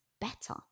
better